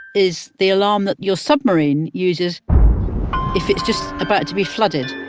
is the alarm that your submarine uses if it's just about to be flooded.